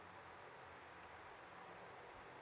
uh